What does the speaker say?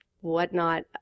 whatnot